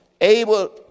able